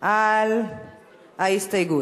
על ההסתייגות.